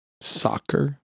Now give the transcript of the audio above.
soccer